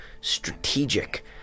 strategic